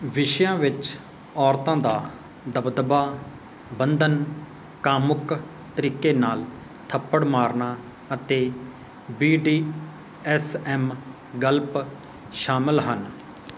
ਵਿਸ਼ਿਆਂ ਵਿੱਚ ਔਰਤਾਂ ਦਾ ਦਬਦਬਾ ਬੰਧਨ ਕਾਮੁਕ ਤਰੀਕੇ ਨਾਲ ਥੱਪੜ ਮਾਰਨਾ ਅਤੇ ਬੀ ਡੀ ਐੱਸ ਐੱਮ ਗਲਪ ਸ਼ਾਮਲ ਹਨ